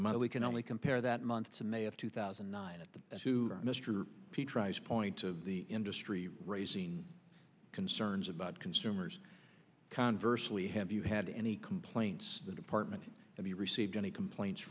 the model we can only compare that month to may of two thousand and nine at the mr peatross point of the industry raising concerns about consumers conversely have you had any complaints to the department have you received any complaints